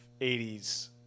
80s